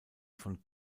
von